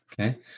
Okay